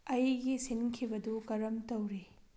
ꯑꯩꯒꯤ ꯁꯤꯟꯈꯤꯕꯗꯨ ꯀꯔꯝ ꯇꯧꯔꯤ